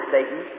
Satan